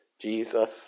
jesus